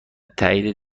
تایید